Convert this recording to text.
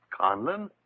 Conlon